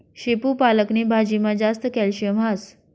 शेपू पालक नी भाजीमा जास्त कॅल्शियम हास